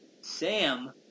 Sam